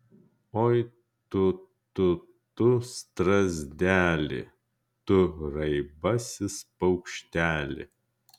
oi tu tu tu strazdeli tu raibasis paukšteli